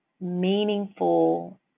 meaningful